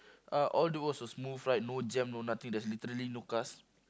uh all the roads were smooth right no jam no nothing there's literally no cars